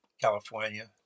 California